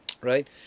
right